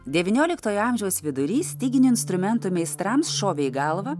devynioliktojo amžiaus vidury styginių instrumentų meistrams šovė į galvą